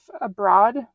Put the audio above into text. abroad